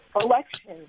election